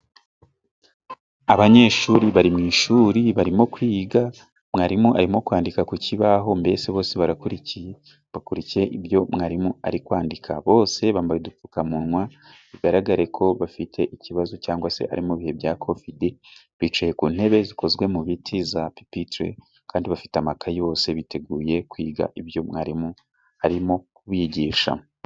Abanyeshuri bari mu ishuri barimo kwiga. Mwarimu arimo kwandika ku kibaho, mbese bose barakurikiye. Bakurikiye ibyo mwarimu ari kwandika. Bose bambaye udupfukamunwa, bigaragare ko bafite ikibazo cyangwa se ari mu bihe bya kovidi. Bicaye ku ntebe zikozwe mu biti za pipitere kandi bafite amakaye yose. Biteguye kwiga ibyo mwarimu arimo kubigisha.